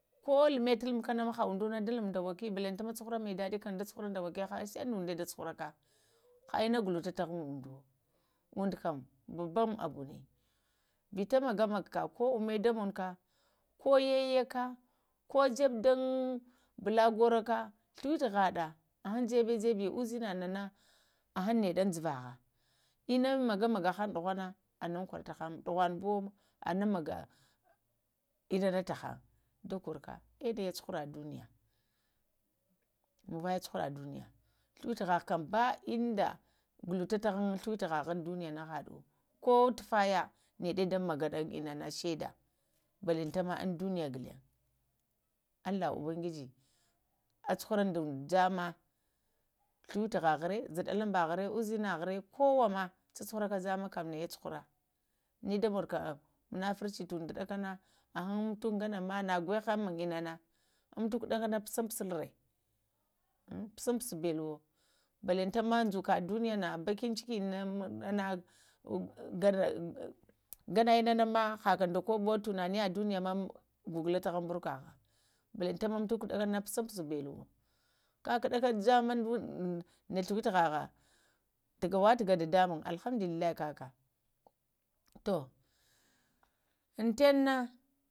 Ko lumə tulumkunə hə ondunə da lumkə də wə baŋləntənəmə cu-hurə maidəɗi nə kəm də cuhurə də wə kə səi də uŋdə də cu-hura kə ha ənnə gulutə təhəŋunduwo kəm bəbəŋ əbunə, vitə məgə-məgəkə ko nə də mugukə, ko yəyəkə ko ŋəbuɗən bulə gorukə ghluwitughəɗə əvəŋ də jəbə-jəbə nədənə əvəŋ, nəɗəŋn ɗuvəhə innə məgə həgn ɗughənə, ɗughunɓuwə əŋunkwəra tuhən də kworukə əh nəyə cuhurə duniyə, muvəyə cu-hura duniyə ghlutu-havə kəm ɓəwuni innuŋdə ghaluta təhəŋn ghlutu-həhəŋ duniyənə həɗuwu ko tufəyə nəɗa də məgə nəɗə tu shaidə bənləntənə mə iŋn duniyə ghulən allah ubəngiji əcu-hurə da uɗdo jəm-ma, ghluwituhərə zuɗəlumbəhərə, uzinərə kowa ma cu-cuhurakə jəmə jəmə kəm nəyə cuhura nəɗa muŋukə munafurci kənə əvəŋ mutukwu ŋgənəmə ənə gwə kə mənɗənə mutuku ɗakə nə nə pun-pusulurə, pusun bəɗuwo bəlantara ma ŋdzukə duniya nə ɓakin aiki na nə ghanda innə mə həkə ɗa koɓoywo tunaniyə duniya ma gugulə taghaŋ ŋɓurəu kəhə balantanəmə matuku ɗəkanə mə pusuŋ-pusuɓə ləwo kəkudəkə jəmmə də ghluwituhə taghava təghava dədəmuŋm alhamdulillahi kəkə tuh əntə ninə.